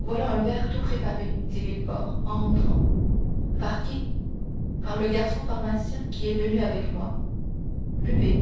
voilà un verre tout préparé dit villefort en rentrant par qui par le garçon pharmacien qui est venu avec moi buvez